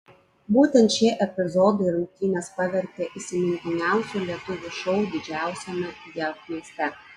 būtent šie epizodai rungtynes pavertė įsimintiniausiu lietuvio šou didžiausiame jav mieste